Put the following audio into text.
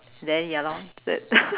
then ya lor the